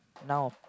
now